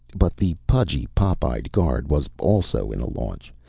but the pudgy pop-eyed guard was also in a launch,